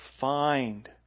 find